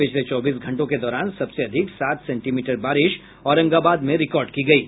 पिछले चौबीस घंटों के दौरान सबसे अधिक सात सेंटीमीटर बारिश औरंगाबाद में रिकॉर्ड की गयी